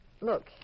look